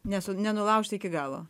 nesu nenulaužti iki galo